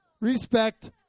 Respect